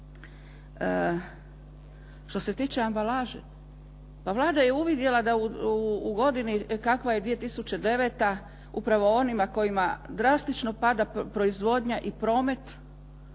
Što se tiče ambalaže, pa Vlada je uvidjela da u godini kakva je 2009. upravo onima kojima drastično pada proizvodnja i promet,